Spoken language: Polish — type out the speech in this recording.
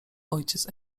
ojciec